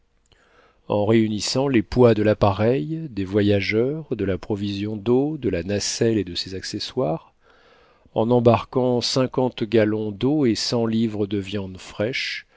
en réunissant les poids de l'appareil des voyageurs de la provision d'eau de la nacelle et de ses accessoires en embarquant cinquante gallons d'eau et cent livres de viande fraîche